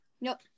Nope